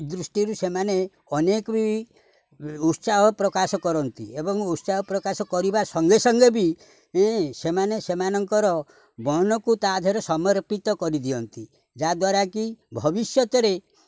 ଦୃଷ୍ଟିରୁ ସେମାନେ ଅନେକ ବି ଉତ୍ସାହ ପ୍ରକାଶ କରନ୍ତି ଏବଂ ଉତ୍ସାହ ପ୍ରକାଶ କରିବା ସଙ୍ଗେ ସଙ୍ଗେ ବି ସେମାନେ ସେମାନଙ୍କର ମନକୁ ତା ଧିଅରେ ସମର୍ପିତ କରିଦିଅନ୍ତି ଯାହାଦ୍ୱାରା କି ଭବିଷ୍ୟତରେ